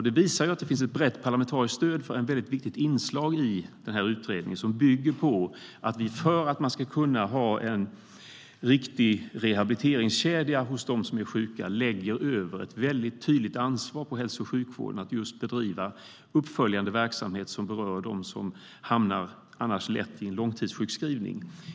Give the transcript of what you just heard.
Det visar att det finns ett brett parlamentarisk stöd för ett viktigt inslag i utredningen som bygger på att vi, för att kunna ha en riktig rehabiliteringskedja hos dem som är sjuka, lägger över ett tydligt ansvar på hälso och sjukvården för att bedriva uppföljande verksamhet som berör dem som annars lätt hamnar i en långtidssjukskrivning.